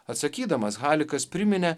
atsakydamas halikas priminė